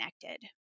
connected